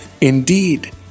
indeed